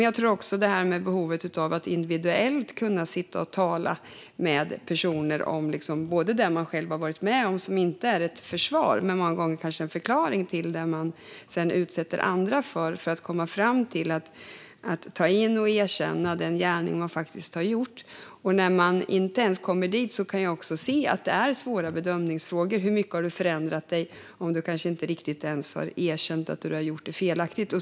Jag tror också att det finns ett behov av att individuellt kunna sitta och tala med personer om det man själv har varit med om - som inte är ett försvar men många gånger kanske en förklaring till det man sedan utsätter andra för - för att komma fram till att ta in och erkänna den gärning man faktiskt har begått. När man inte ens kommer dit kan jag se att det är svåra bedömningsfrågor. Hur mycket har du förändrat dig om du kanske inte riktigt ens har erkänt att det du har gjort är felaktigt?